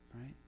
right